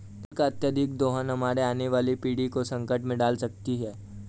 जल का अत्यधिक दोहन हमारे आने वाली पीढ़ी को संकट में डाल सकती है